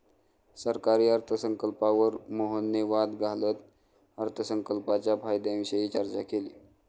सरकारी अर्थसंकल्पावर मोहनने वाद घालत अर्थसंकल्पाच्या फायद्यांविषयी चर्चा केली